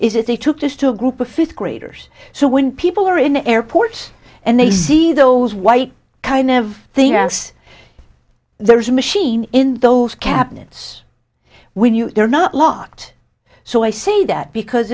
is it they took this to a group of fifth graders so when people are in airports and they see those white kind of thing as there's a machine in those cabinets when you're not locked so i say that because